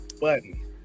button